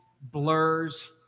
blurs